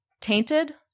tainted